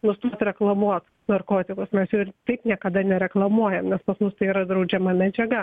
nustot reklamuot narkotikus mes ir taip niekada nereklamuojam nes pas mus tai yra draudžiama medžiaga